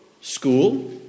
school